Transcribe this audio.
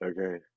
Okay